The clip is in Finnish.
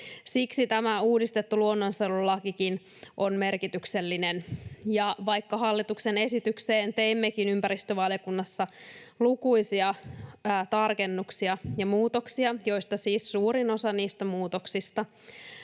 Siksi tämä uudistettu luonnonsuojelulakikin on merkityksellinen, ja vaikka hallituksen esitykseen teimmekin ympäristövaliokunnassa lukuisia tarkennuksia ja muutoksia — ja niistä muutoksista